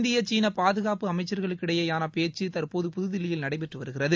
India சீனா பாதுகாப்பு அமைச்சர்களுக்கிடையேயாள பேச்சு தற்போது புதுதில்லியில் நடைபெற்று வருகிறது